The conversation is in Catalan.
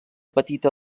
petita